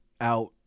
out